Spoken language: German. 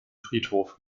friedhof